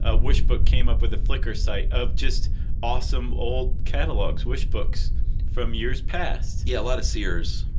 ah wishbook came up with a flickr site of just awesome old catalogs, wishbooks from years past. yeah a lot of sears